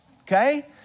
Okay